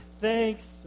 Thanks